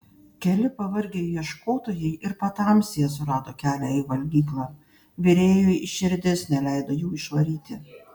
keli pavargę ieškotojai ir patamsyje surado kelią į valgyklą virėjui širdis neleido jų išvaryti